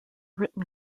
written